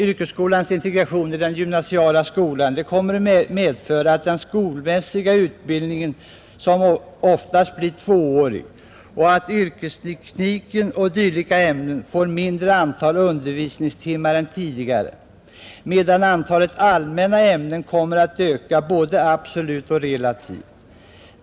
Yrkesskolans integration i den gymnasiala skolan kommer att medföra att den skolmässiga utbildningen oftast blir tvåårig och att yrkesteknik och dylika ämnen får mindre antal undervisningstimmar än tidigare, medan antalet timmar för allmänna ämnen kommer att öka både absolut och relativt.